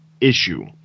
issue